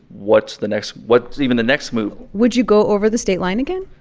what's the next what's even the next move? would you go over the state line again?